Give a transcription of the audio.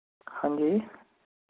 हांजी